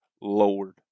Lord